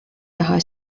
taha